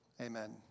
Amen